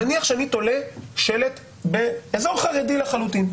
נניח שאני תולה שלט באזור חרדי לחלוטין,